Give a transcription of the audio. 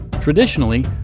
traditionally